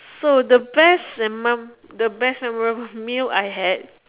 so the best memo the best memorable meal I had